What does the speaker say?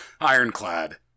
ironclad